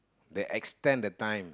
they extend the time